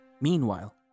Meanwhile